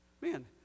man